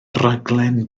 raglen